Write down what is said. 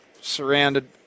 surrounded